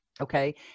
okay